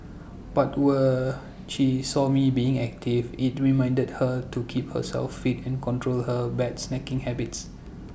but were she saw me being active IT reminded her to keep herself fit and control her bad snacking habits